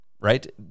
right